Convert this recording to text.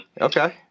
Okay